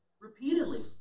Repeatedly